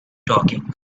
talking